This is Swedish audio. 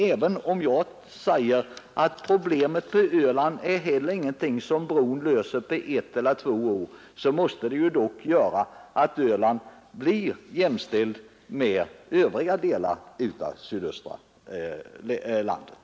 Även om bron inte löser problemen på Öland inom ett eller två år, måste den dock innebära att Öland blir jämställt med övriga delar av landet.